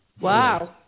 wow